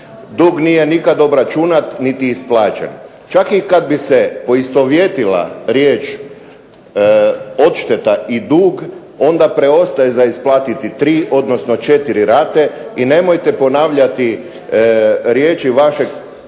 Dug nikada nije obračunat niti isplaćen. Čak i kada bi se poistovjetila riječ odšteta i dug, onda preostaje za isplatiti 4 rate. I nemojte ponavljati riječi vašeg